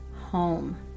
home